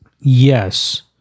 Yes